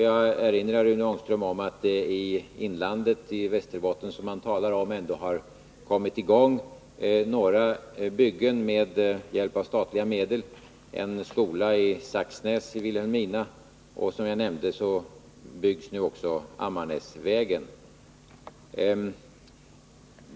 Jag erinrar Rune Ångström om att det i Västerbotten ändå har kommit i gång några byggen med hjälp av statliga medel — en skola i Saxnäs i Vilhelmina och som jag nämnde byggs också Ammarnäsvägen.